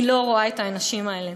היא לא רואה את האנשים האלה.